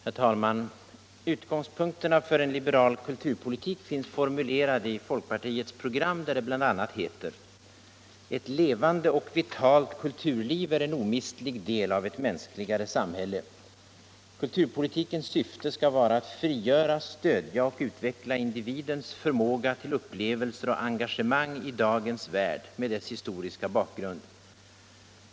Herr talman! Utgångspunkterna för en liberal kulturpolitik finns formulerade i folkpartiets program, där det bl.a. heter: ”Ett levande och vitalt kulturliv är en omistlig del av ett mänskligare samhälle. Kulturpolitikens syfte skall vara att frigöra. stödja och utveckla individens förmåga till upplevelser och engagemang i dagens värld, med dess historiska bakgrund.